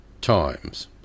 times